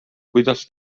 kuidas